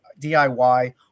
DIY